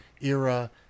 era